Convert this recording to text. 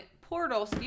portal